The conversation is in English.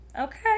okay